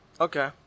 Okay